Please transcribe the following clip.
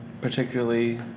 Particularly